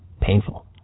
painful